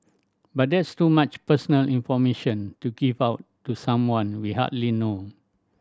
but that's too much personal information to give out to someone we hardly know